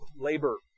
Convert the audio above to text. labor